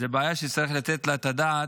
זו בעיה שצריך לתת עליה את הדעת,